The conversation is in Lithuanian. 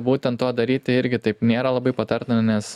būtent to daryti irgi taip nėra labai patartina nes